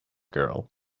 girl